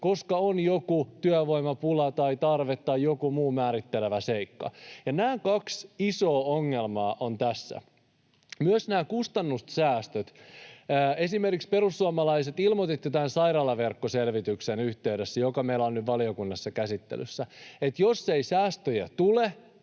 koska on joku työvoimapula tai tarve tai joku muu määrittelevä seikka, ja nämä kaksi isoa ongelmaa on tässä. Myös nämä kustannusten säästöt. Perussuomalaiset, ilmoititte esimerkiksi tämän sairaalaverkkoselvityksen yhteydessä, mikä meillä on nyt valiokunnassa käsittelyssä, että jos ei säästöjä tule,